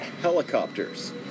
helicopters